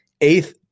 eighth